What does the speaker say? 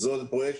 זה פרויקט